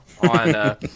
on